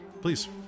please